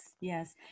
yes